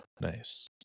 Nice